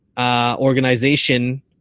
organization